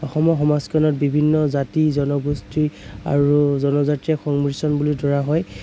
অসমৰ সমাজখনত বিভিন্ন জাতি জনগোষ্ঠী আৰু জনজাতীয় সংমিশ্ৰণ বুলি ধৰা হয়